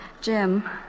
Jim